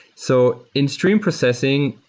so in stream processing,